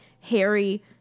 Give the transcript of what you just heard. Harry